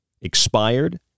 expired